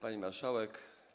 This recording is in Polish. Pani Marszałek!